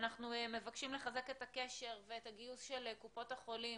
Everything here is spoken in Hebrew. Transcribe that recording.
אנחנו מבקשים לחזק את הקשר ואת הגיוס של קופות החולים